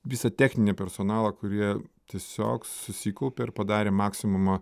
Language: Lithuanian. visą techninį personalą kurie tiesiog susikaupė ir padarė maksimumą